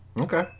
Okay